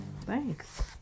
Thanks